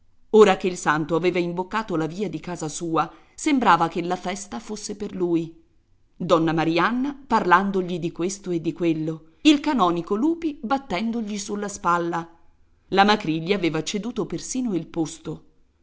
ora che il santo aveva imboccato la via di casa sua sembrava che la festa fosse per lui donna marianna parlandogli di questo e di quello il canonico lupi battendogli sulla spalla la macrì che gli aveva ceduto persino il posto